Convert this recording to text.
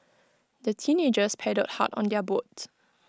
the teenagers paddled hard on their boats